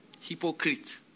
Hypocrite